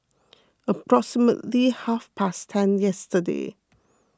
approximately half past ten yesterday